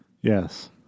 Yes